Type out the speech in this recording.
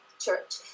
church